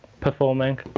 performing